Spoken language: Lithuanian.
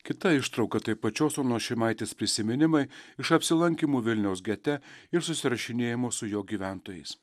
kita ištrauka tai pačios onos šimaitės prisiminimai iš apsilankymų vilniaus gete ir susirašinėjimo su jo gyventojais